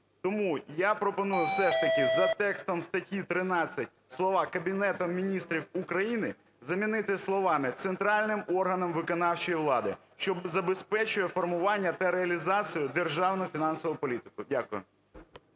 Тому я пропоную все ж таки за текстом статті 13 слова "Кабінетом Міністрів України" замінити словами "центральним органом виконавчої влади, що забезпечує формування та реалізацію державної фінансової політики". Дякую.